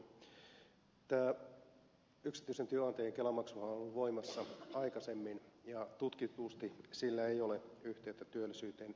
yksityisten työnantajien kelamaksuhan on ollut voimassa aikaisemmin ja tutkitusti sillä ei ole yhteyttä työllisyyteen